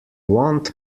want